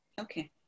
Okay